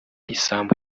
isambu